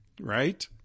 right